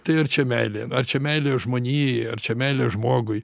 tai ar čia meilė ar čia meilė žmonijai ar čia meilė žmogui